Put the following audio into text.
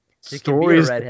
stories